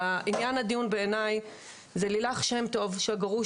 עניין הדיון בעיניי זה לילך שם טוב שהגרוש